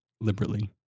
liberally